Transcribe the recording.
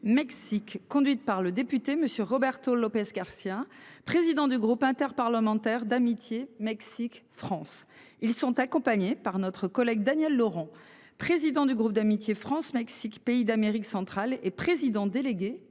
conduite par le député Monsieur Roberto Lopez Garcia président du groupe interparlementaire d'amitié, Mexique, France, ils sont accompagnés par notre collègue Daniel Laurent, président du groupe d'amitié France-Mexique, pays d'Amérique centrale et président délégué